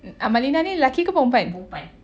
amalina ni laki ke perempuan